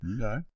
Okay